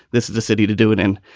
this is the city to do it in.